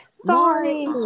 Sorry